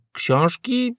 książki